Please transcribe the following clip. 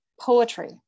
poetry